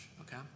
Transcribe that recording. Okay